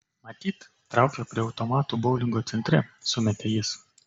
matyt traukia prie automatų boulingo centre sumetė jis